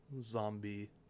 zombie